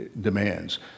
demands